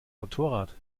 motorrad